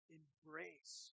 embrace